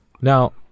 Now